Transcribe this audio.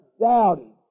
doubting